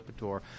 Lipitor